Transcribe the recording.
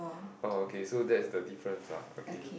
oh okay so that's the difference lah okay